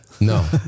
No